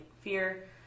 fear